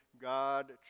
God